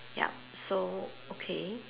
yup so okay